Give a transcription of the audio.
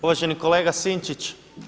Uvaženi kolega Sinčić.